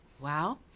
wow